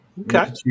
Okay